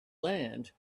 land